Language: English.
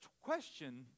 question